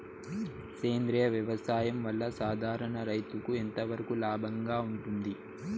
సేంద్రియ వ్యవసాయం వల్ల, సాధారణ రైతుకు ఎంతవరకు లాభంగా ఉంటుంది?